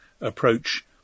approach